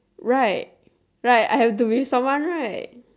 right right I have to be with someone right